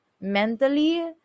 mentally